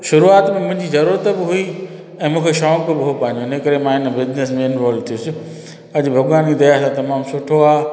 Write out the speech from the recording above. शुरूआत में मुंहिंजी ज़रूरत बि हुई ऐं मूंखे शौक़ु बि हुओ पंहिंजो हिन करे मां हिन बिज़नेस में इन्वॉल्व थियुसि अॼु भगवान ई दया सां तमामु सुठो आहे